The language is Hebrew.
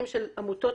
עמותות